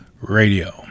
Radio